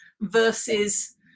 versus